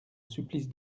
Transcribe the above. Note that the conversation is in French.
supplice